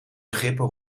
begrippen